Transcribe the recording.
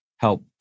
Help